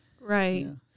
Right